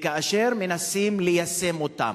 וכאשר מנסים ליישם אותן.